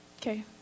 okay